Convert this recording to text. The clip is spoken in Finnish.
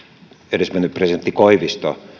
edesmennyt presidentti koivisto